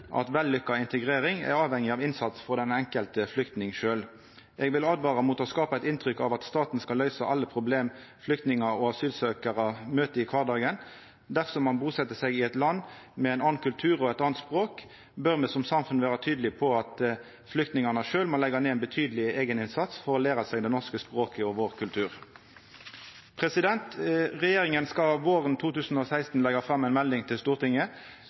at vellykka integrering er avhengig av innsats frå den enkelte flyktning sjølv. Eg vil åtvara mot å skapa eit inntrykk av at staten skal løysa alle problem flyktningar og asylsøkjarar møter i kvardagen. Dersom ein buset seg i eit land med ein annan kultur og eit anna språk, bør me som samfunn vera tydelege på at flyktningane sjølve må leggja ned ein betydeleg eigeninnsats for å læra seg det norske språket og vår kultur. Regjeringa skal våren 2016 leggja fram ei melding for Stortinget